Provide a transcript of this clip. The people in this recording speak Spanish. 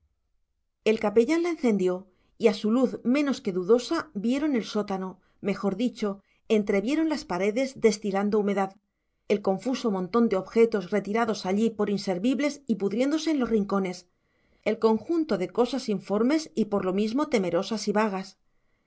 el capellán la encendió y a su luz menos que dudosa vieron el sótano mejor dicho entrevieron las paredes destilando humedad el confuso montón de objetos retirados allí por inservibles y pudriéndose en los rincones el conjunto de cosas informes y por lo mismo temerosas y vagas